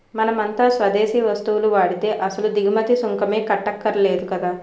మనమంతా స్వదేశీ వస్తువులు వాడితే అసలు దిగుమతి సుంకమే కట్టక్కర్లేదు కదా